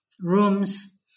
rooms